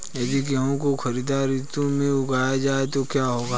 यदि गेहूँ को खरीफ ऋतु में उगाया जाए तो क्या होगा?